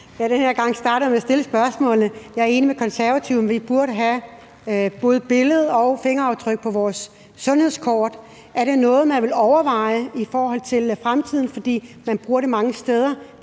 Jeg er enig med Konservative i, at vi burde have både billede og fingeraftryk på vores sundhedskort. Er det noget, man vil overveje i forhold til fremtiden? For man bruger det mange steder.